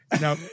no